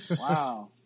Wow